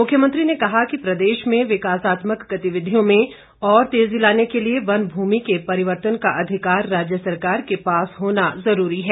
मुख्यमंत्री ने कहा कि प्रदेश में विकासात्मक गतिविधियों में और तेजी लाने के लिए वन भूमि के परिवर्तन का अधिकार राज्य सरकार के पास होना जरूरी है